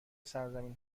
سرزمین